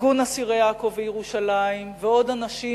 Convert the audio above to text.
ארגון אסירי עכו וירושלים ועוד אנשים,